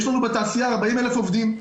יש לנו בתעשייה 40 אלף עובדים,